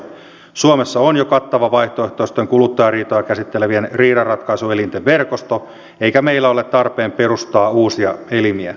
suomessa on jo kattava vaihtoehtoisten kuluttajariitoja käsittelevien riidanratkaisuelinten verkosto eikä meillä ole tarpeen perustaa uusia elimiä